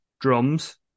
drums